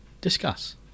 Discuss